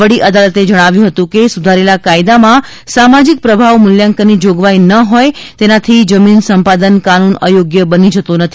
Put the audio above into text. વડી અદાલતે જણાવ્યું હતું કે સુધારેલા કાયદામાં સામાજિક પ્રભાવ મૂલ્યાંકનની જોગવાઇ ન હોય તેનાથી જમીન સંપાદન કાનૂન અયોગ્ય બની જતો નથી